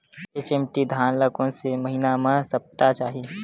HMT धान ल कोन से महिना म सप्ता चाही?